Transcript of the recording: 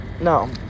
No